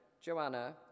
Joanna